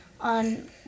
on